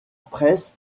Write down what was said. presse